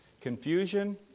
confusion